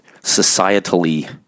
societally